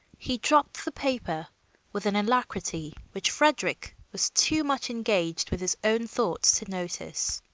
he dropped the paper with an alacrity which frederick was too much engaged with his own thoughts to notice.